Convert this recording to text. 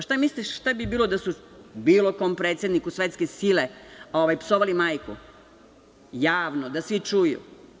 Šta mislite šta bi bilo da su bilo kom predsedniku svetske sile psovali majku javno da svi čuju?